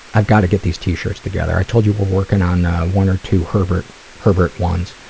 i've got to get these t-shirts together. i told you were working on one or two herbert herbert ones.